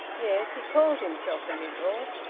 yes, he calls himself a liberal.